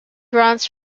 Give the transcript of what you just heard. runs